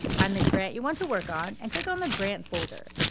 find the grant you want to work on and click on the grant folder.